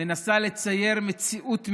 מנסה לצייר מציאות מעוותת.